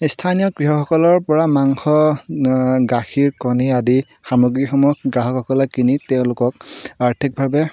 স্থানীয় কৃষকসকলৰ পৰা মাংস গাখীৰ কণী আদি সামগ্ৰীসকলক গ্ৰাহকসকলে কিনি তেওঁলোকক আৰ্থিকভাৱে